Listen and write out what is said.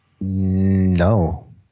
No